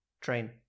train